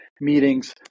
meetings